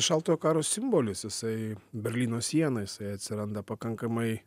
šaltojo karo simbolis jisai berlyno siena jisai atsiranda pakankamai